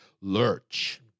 Lurch